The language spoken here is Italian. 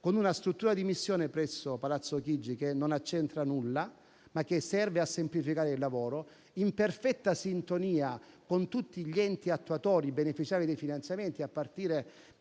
con una struttura di missione presso Palazzo Chigi. Tale struttura non accentra nulla, ma serve a semplificare il lavoro, in perfetta sintonia con tutti gli enti attuatori, beneficiari dei finanziamenti, a partire